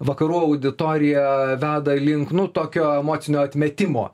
vakarų auditoriją veda link nu tokio emocinio atmetimo